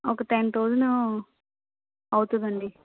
ఒక ten thousand అవుతుంది అండి